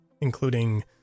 including